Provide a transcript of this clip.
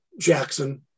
Jackson